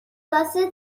واسه